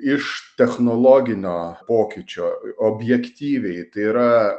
iš technologinio pokyčio objektyviai tai yra